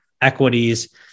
equities